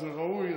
וזה ראוי,